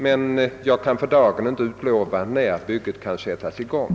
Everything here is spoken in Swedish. Men jag har för dagen inte möjlighet att säga när det aktuella bygget kan sättas i gång.